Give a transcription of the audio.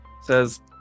says